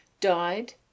died